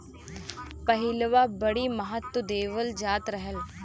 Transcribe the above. पहिलवां बड़ी महत्त्व देवल जात रहल